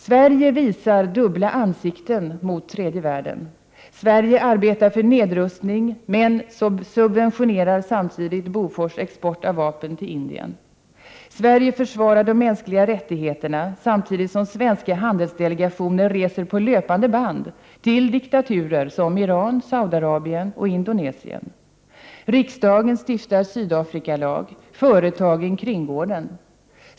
Sverige visar dubbla ansikten mot tredje världen. Sverige arbetar för nedrustning men subventionerar samtidigt Bofors export av vapen till Indien. Sverige försvarar de mänskliga rättigheterna, samtidigt som svenska handelsdelegationer reser på löpande band till diktaturer som Iran, Saudiarabien och Indonesien. Riksdagen stiftar Sydafrikalag, företagen kringgår den.